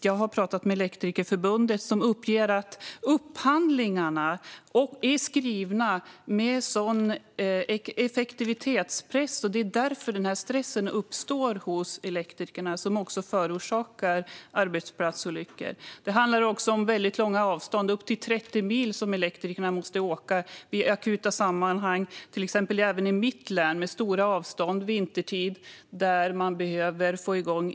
Jag har pratat med Svenska Elektrikerförbundet, som uppger att upphandlingarna skrivs utifrån effektivitetspress. Det är därför det uppstår en stress hos elektrikerna, vilket förorsakar arbetsplatsolyckor. Det handlar också om att elektrikerna måste åka väldigt långa avstånd, upp till 30 mil, i akuta sammanhang när man behöver få igång elförsörjningen. Det gäller i till exempel mitt län, som har långa avstånd.